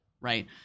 right